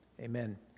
Amen